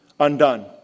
undone